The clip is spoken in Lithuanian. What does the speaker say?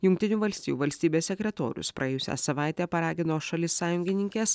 jungtinių valstijų valstybės sekretorius praėjusią savaitę paragino šalis sąjungininkes